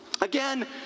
again